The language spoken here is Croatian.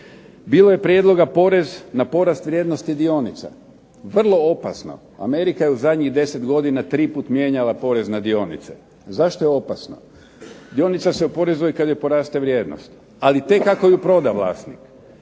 Bilo je prijedloga porez na porast vrijednosti dionica vrlo opasna. Amerika je zadnjih 10 godina tri puta mijenjala porez na dionice. Zašto je opasno? Dionica se oporezuje kad joj poraste vrijednost, ali tek ako ju proda vlasnik.